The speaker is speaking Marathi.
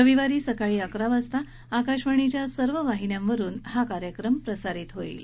रविवारी सकाळी अकरा वाजता आकाशवाणीच्या सर्व वाहिन्यांवरून हा कार्यक्रम प्रसारित होईल